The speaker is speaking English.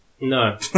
No